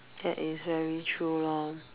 that is very true lor